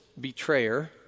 betrayer